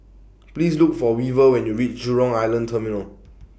Please Look For Weaver when YOU REACH Jurong Island Terminal